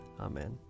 Amen